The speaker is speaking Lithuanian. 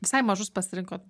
visai mažus pasirinkot